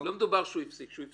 אם הבקשה הוגשה